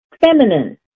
feminine